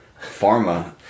pharma